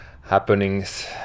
happenings